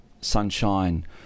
sunshine